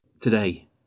today